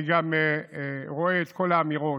אני גם רואה את כל האמירות,